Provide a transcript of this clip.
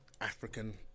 African